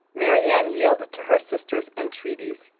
marianne yielded to her sister's entreaties,